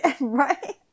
Right